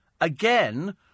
again